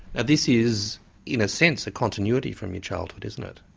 and this is in a sense a continuity from your childhood isn't it?